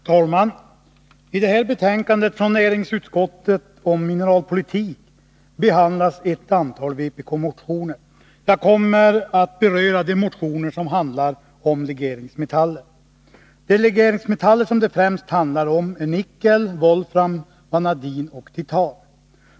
Herr talman! I det här betänkandet från näringsutskottet om mineralpolitik behandlas ett antal vpk-motioner. Jag kommer att beröra de motioner som handlar om legeringsmetaller. De legeringsmetaller som det främst handlar om är nickel, volfram, vanadin och titan.